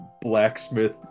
blacksmith